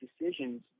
decisions